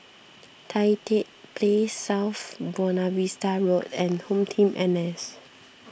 Tan Tye Place South Buona Vista Road and HomeTeam N S